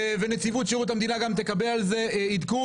ונציבות שירות המדינה גם תקבל על זה עדכון.